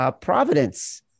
Providence